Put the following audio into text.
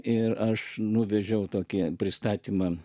ir aš nuvežiau tokie pristatymą